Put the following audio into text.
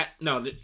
No